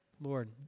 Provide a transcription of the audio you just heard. Lord